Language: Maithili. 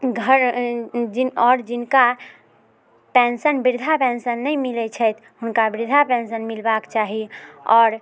घर आओर जिनका पेंशन वृद्धा पेंशन नहि मिलै छै हुनका वृद्धा पेंशन मिलबाके चाही आओर